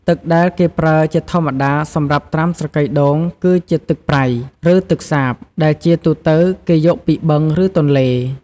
ទឹកដែលគេប្រើជាធម្មតាសម្រាប់ត្រាំស្រកីដូង គឺជាទឹកប្រៃ ឬទឹកសាប ដែលជាទូទៅគេយកពីបឹង ឬទន្លេ។